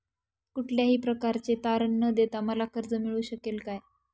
कुठल्याही प्रकारचे तारण न देता मला कर्ज मिळू शकेल काय?